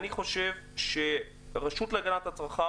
אני חושב שהרשות להגנת הצרכן,